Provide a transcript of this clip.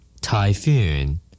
Typhoon